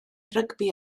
rygbi